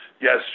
Yes